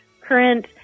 current